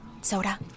Soda